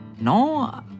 No